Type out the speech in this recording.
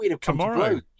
tomorrow